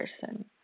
person